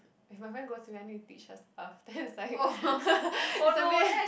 if my friend goes with me I need to teach her stuff then is like is a bit